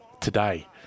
today